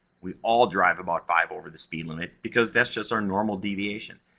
we all drive about five over the speed limit, because that's just our normal deviation.